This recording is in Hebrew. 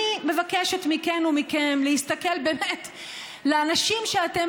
אני מבקשת מכן ומכם להסתכל בעיניים באמת לאנשים שאתם